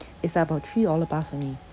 it's like about three dollar plus only